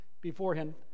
beforehand